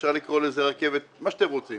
אפשר לקרוא לזה רכבת, מה שאתם רוצים